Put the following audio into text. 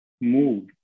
move